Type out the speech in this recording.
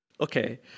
Okay